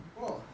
!wah!